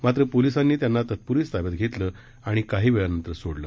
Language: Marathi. मात्र पोलिसांनी त्यांना तत्पूर्वीच ताब्यात घेतलं आणि काही वेळानंतर सोडलं